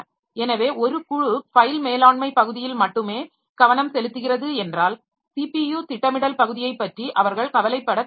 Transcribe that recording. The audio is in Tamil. எனவே ஒரு குழு ஃபைல் மேலாண்மை பகுதியில் மட்டுமே கவனம் செலுத்துகிறது என்றால் ஸிபியு திட்டமிடல் பகுதியைப் பற்றி அவர்கள் கவலைப்படத் தேவையில்லை